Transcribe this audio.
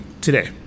today